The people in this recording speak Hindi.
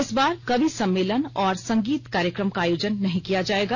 इस बार कवि सम्मेलन और संगीत कार्यक्रम का आयोजन नहीं किया जाएगा